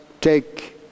Take